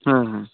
हां हां